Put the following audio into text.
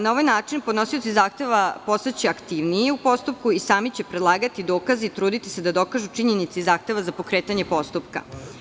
Na ovaj način podnosioci zahteva će postati aktivniji u postupku i sami će predlagati dokaze i trudiće se da dokažu činjenice iz zahteva za pokretanje postupka.